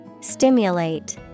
Stimulate